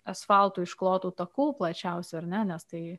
asfaltu išklotų takų plačiausių ar ne nes tai